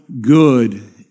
good